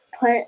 put